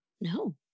No